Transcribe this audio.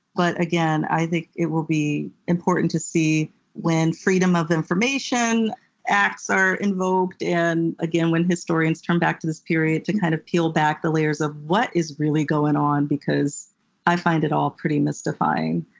but again, i think it will be important to see when freedom of information acts are invoked, and again, when historians turn back to this period to kind of peel back the layers of what is really going on, because i find it all pretty mystifying.